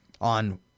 on